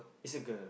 is a girl